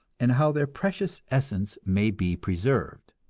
and how their precious essence may be preserved.